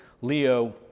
Leo